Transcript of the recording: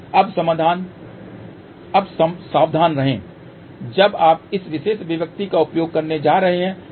अब सावधान रहें जब आप इस विशेष अभिव्यक्ति का उपयोग करने जा रहे हैं